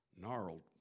gnarled